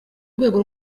rwego